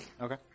Okay